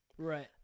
Right